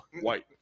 White